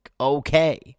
okay